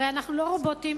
הרי אנחנו לא רובוטים